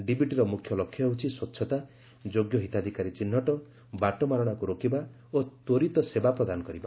ଡିବିଟିର ମୁଖ୍ୟ ଲକ୍ଷ୍ୟ ହେଉଛି ସ୍ୱଛତା ଯୋଗ୍ୟ ହିତାଧିକାରୀ ଚିହ୍ନଟ ବାଟମାରଣାକୁ ରୋକିବା ଓ ତ୍ୱରିତ ସେବା ପ୍ରଦାନ କରିବା